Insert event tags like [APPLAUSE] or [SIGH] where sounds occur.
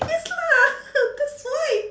yes lor [LAUGHS] that's why